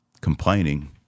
complaining